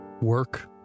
work